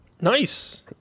Nice